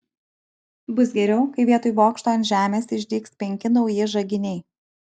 bus geriau kai vietoj bokšto ant žemės išdygs penki nauji žaginiai